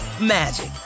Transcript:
magic